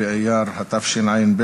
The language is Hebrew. ח' באייר התשע"ב,